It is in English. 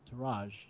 Taraj